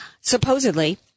Supposedly